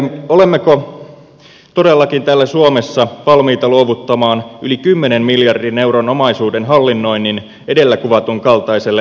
herää kysymys olemmeko todellakin täällä suomessa valmiita luovuttamaan yli kymmenen miljardin euron omaisuuden hallinnoinnin edellä kuvatun kaltaiselle osakeyhtiölle